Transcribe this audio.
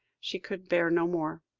she could bear no more.